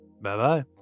Bye-bye